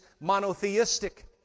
monotheistic